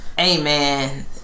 Amen